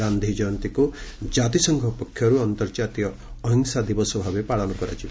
ଗାନ୍ଧି ଜୟନ୍ତୀକୁ କାତିସଂଘ ପକ୍ଷରୁ ଅନ୍ତର୍ଜାତୀୟ ଅହିଂସା ଦିବସ ଭାବେ ପାଳନ କରାଯିବ